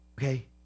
Okay